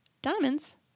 Diamonds